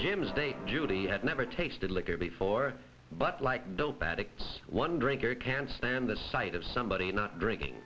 date judy had never tasted liquor before but like dope addicts one drinker can't stand the sight of somebody not drinking